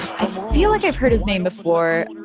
i feel like i've heard his name before.